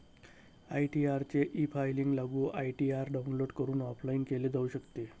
ITR चे efiling लागू ITR download करून ऑफलाइन केले जाऊ शकते